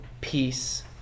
peace